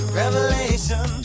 revelation